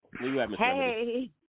Hey